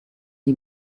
die